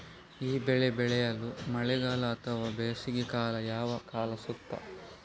ಈ ಬೆಳೆ ಬೆಳೆಯಲು ಮಳೆಗಾಲ ಅಥವಾ ಬೇಸಿಗೆಕಾಲ ಯಾವ ಕಾಲ ಸೂಕ್ತ?